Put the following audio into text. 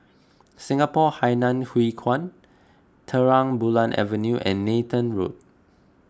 Singapore Hainan Hwee Kuan Terang Bulan Avenue and Nathan Road